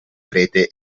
prete